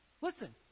Listen